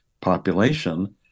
population